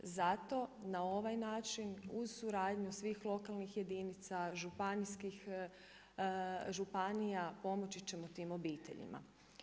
Zato na ovaj način uz suradnju svih lokalnih jedinica, županija pomoći ćemo tim obiteljima.